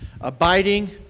Abiding